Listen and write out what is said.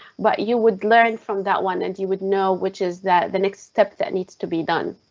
but you would learn from that one and you would know which is that. the next step that needs to be done.